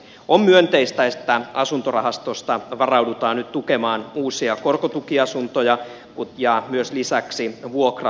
on myönteistä että asuntorahastosta varaudutaan nyt tukemaan uusia korkotukiasuntoja ja lisäksi vuokra asuntotuotantoa